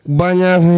banyak